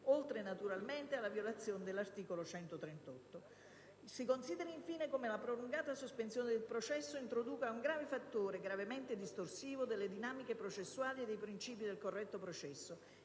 oltre che, naturalmente, alla violazione dell'articolo 138. Si consideri, infine, come la prolungata sospensione del processo introduca un grave fattore gravemente distorsivo delle dinamiche processuali e dei princìpi del corretto processo.